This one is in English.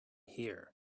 here